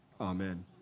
Amen